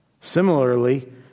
Similarly